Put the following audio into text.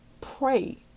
pray